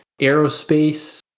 aerospace